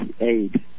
aid